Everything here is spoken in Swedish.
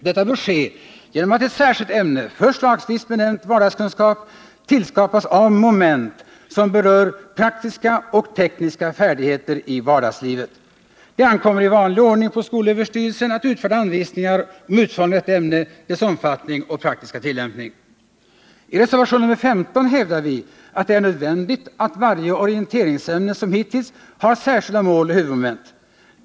Detta bör ske genom att ett särskilt ämne, förslagsvis benämnt vardagskunskap, tillskapas av moment som berör praktiska och tekniska färdigheter i vardagslivet. Det ankommer i vanlig ordning på skolöverstyrelsen att utfärda anvisningar om utformningen av detta ämne, dess omfattning och praktiska tillämpning. I reservationen 15 hävdar vi att det är nödvändigt att varje orienteringsämne liksom hittills har särskilda mål och huvudmoment.